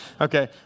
Okay